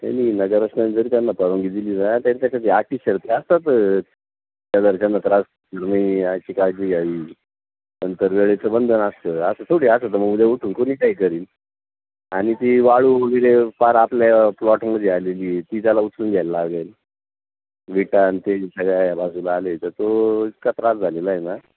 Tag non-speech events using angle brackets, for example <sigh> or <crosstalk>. नाही नाही नगर <unintelligible> जर त्यांना परवानगी दिली ना तरी त्याच्या जे अटी शर्ती असतातच त्या घरच्यांना त्रास <unintelligible> याची काळजी घ्यावी नंतर वेळेचं बंधन असतं असं थोडी असं तर मग उद्या उठून कोणी काही करेल आणि ती वाळू वगैरे पार आपल्या प्लॉटमध्ये आलेली आहे ती त्याला उचलून घ्यायला लागंल विटा आणि ते सगळ्या ह्या बाजूला आले तर तो इतका त्रास झालेला आहे ना